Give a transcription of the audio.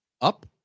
up